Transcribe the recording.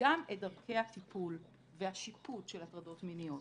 וגם את דרכי הטיפול והשיפוט של הטרדות מיניות.